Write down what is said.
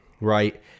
right